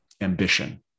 ambition